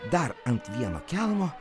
dar ant vieno kelmo